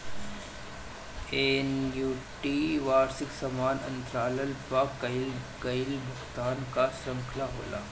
annuity वार्षिकी समान अंतराल पअ कईल गईल भुगतान कअ श्रृंखला होला